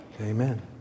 Amen